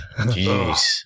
Jeez